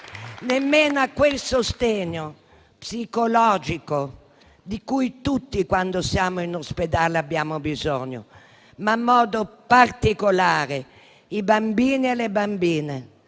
termini di sostegno psicologico di cui tutti, quando siamo in ospedale, abbiamo bisogno, ma in modo particolare i bambini e le bambine,